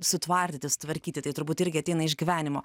sutvardyti sutvarkyti tai turbūt irgi ateina iš gyvenimo